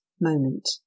moment